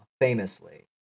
famously